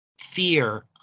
fear